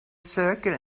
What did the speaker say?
circle